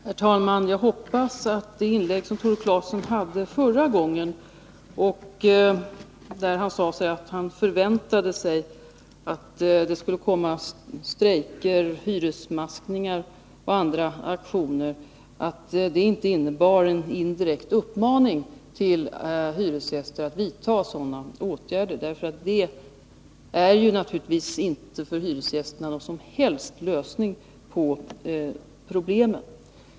Herr talman! Jag hoppas att det inlägg som Tore Claeson hade förra gången, där han sade att han förväntade sig att det skulle komma strejker, hyresmaskningar och andra aktioner, inte innebar en indirekt uppmaning till hyresgäster att vidta sådana åtgärder. Det är naturligtvis inte någon lösning på problemen för hyresgästerna.